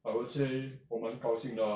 bank 还是那些过几次